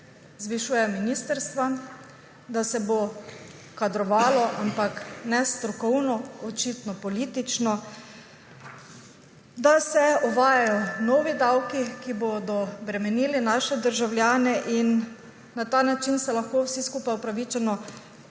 zvišujejo ministrstva, da se bo kadrovalo, ampak ne strokovno, očitno politično, da se uvajajo novi davki, ki bodo bremenili naše državljane. In na ta način se lahko vsi skupaj upravičeno